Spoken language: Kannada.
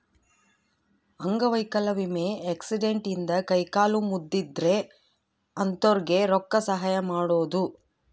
ಅಂಗವೈಕಲ್ಯ ವಿಮೆ ಆಕ್ಸಿಡೆಂಟ್ ಇಂದ ಕೈ ಕಾಲು ಮುರ್ದಿದ್ರೆ ಅಂತೊರ್ಗೆ ರೊಕ್ಕ ಸಹಾಯ ಮಾಡೋದು